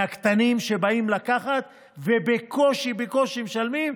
מהקטנים שבאים לקחת ובקושי בקושי משלמים.